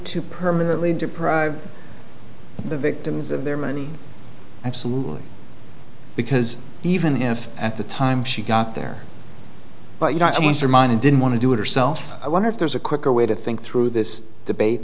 to permanently deprive the victims of their money absolutely because even if at the time she got there but you don't change her mind and didn't want to do it herself i wonder if there's a quicker way to think through this debate